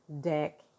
deck